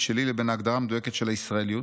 שלי לבין ההגדרה המדויקת של הישראליות,